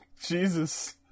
Jesus